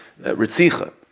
Ritzicha